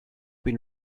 been